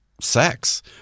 sex